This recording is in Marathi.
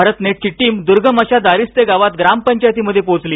भारत नेटची टीम दुर्गम अशा दारिस्ते गावात गामपंचायती मध्ये पोहोचली